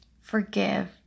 forgive